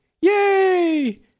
Yay